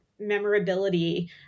memorability